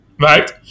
Right